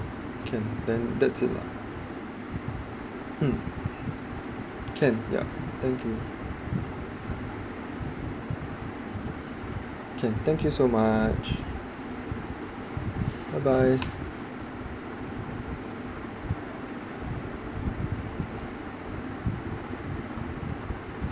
can then that's it lah mm can yup thank you can thank you so much bye bye